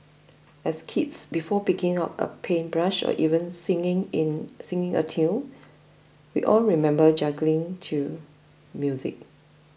as kids before picking up a paintbrush or even singing in singing a tune we all remember juggling to music